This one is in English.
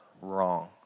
wrong